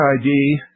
ID